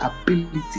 ability